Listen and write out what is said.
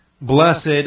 blessed